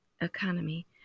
economy